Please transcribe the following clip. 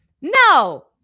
No